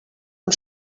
amb